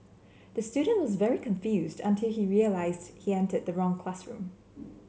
the student was very confused until he realised he entered the wrong classroom